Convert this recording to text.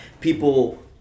People